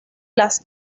las